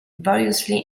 variously